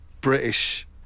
British